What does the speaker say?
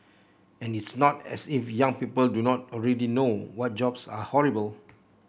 and it's not as if young people do not already know what jobs are horrible